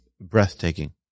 breathtaking